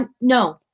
no